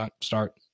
start